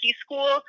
school